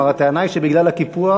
כלומר, הטענה היא שבגלל הקיפוח,